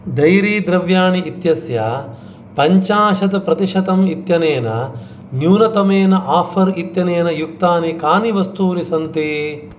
dairy द्रव्याणि इत्यस्य पञ्चाशत् प्रतिशतम् इत्यनेन न्यूनतमेन ओफ़र् इत्यनेन युक्तानि कानि वस्तूनि सन्ति